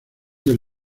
del